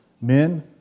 Men